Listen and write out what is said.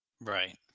Right